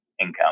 income